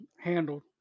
handled